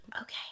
Okay